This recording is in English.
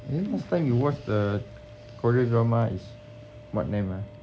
there last time you watch the korean drama is what name ah